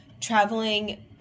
traveling